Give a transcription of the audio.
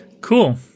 Cool